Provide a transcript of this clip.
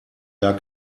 gar